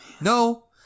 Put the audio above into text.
No